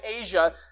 Asia